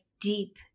deep